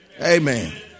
Amen